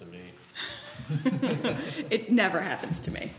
to me it never happens to me